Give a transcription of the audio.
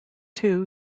two